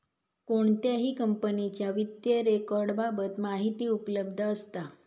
कोणत्याही कंपनीच्या वित्तीय रेकॉर्ड बाबत माहिती उपलब्ध असता